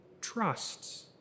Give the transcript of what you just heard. trusts